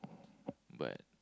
but